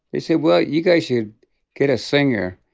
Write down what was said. he said well you guys should get a singer.